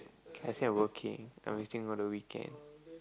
I say I working I'm waiting for the weekend